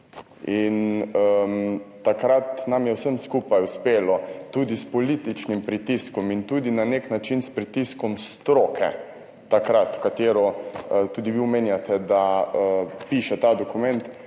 in takrat nam je vsem skupaj uspelo tudi s političnim pritiskom in tudi na nek način s pritiskom stroke, ki jo tudi vi omenjate, da piše ta dokument.